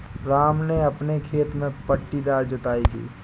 राम ने अपने खेत में पट्टीदार जुताई की